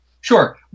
Sure